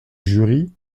jury